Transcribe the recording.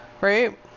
right